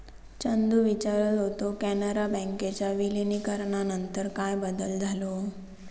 चंदू विचारत होतो, कॅनरा बँकेच्या विलीनीकरणानंतर काय बदल झालो?